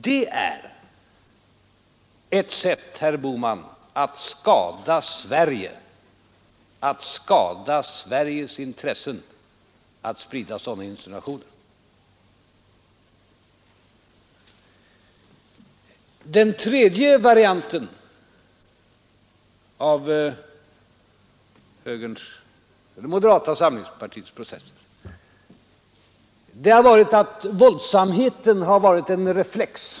Att sprida sådana insinuationer, herr Bohman, är ett sätt att skada Sverige och Sveriges intressen! Den tredje varianten av moderata samlingspartiets protest har varit att våldsamheten har varit en reflex.